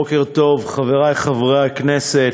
בוקר טוב, חברי חברי הכנסת.